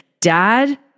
Dad